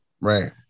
right